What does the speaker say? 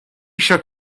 shook